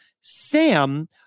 Sam